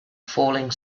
falling